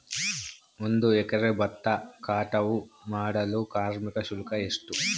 ಒಂದು ಎಕರೆ ಭತ್ತ ಕಟಾವ್ ಮಾಡಲು ಕಾರ್ಮಿಕ ಶುಲ್ಕ ಎಷ್ಟು?